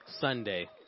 Sunday